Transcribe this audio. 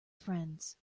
friends